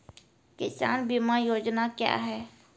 किसान बीमा योजना क्या हैं?